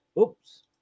Oops